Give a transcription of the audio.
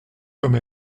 comme